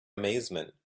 amazement